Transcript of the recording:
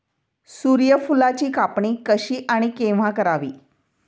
सूर्यफुलाची कापणी कशी आणि केव्हा करावी?